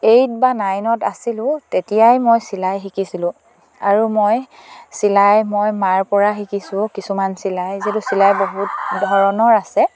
eight বা নাইনত আছিলোঁ তেতিয়াই মই চিলাই শিকিছিলোঁ আৰু মই চিলাই মই মাৰ পৰা শিকিছোঁ কিছুমান চিলাই যিটো চিলাই বহুত ধৰণৰ আছে